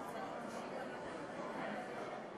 רבות בעיבוי המטרייה הבין-לאומית,